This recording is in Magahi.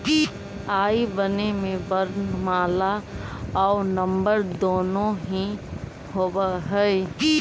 आई बैन में वर्णमाला आउ नंबर दुनो ही होवऽ हइ